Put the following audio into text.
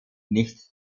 nicht